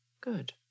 Good